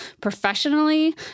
professionally